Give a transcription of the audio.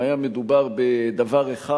אם היה מדובר בדבר אחד,